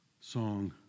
song